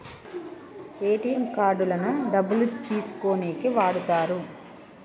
ATM కార్డులను డబ్బులు తీసుకోనీకి వాడతరు